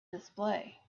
display